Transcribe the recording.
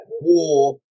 war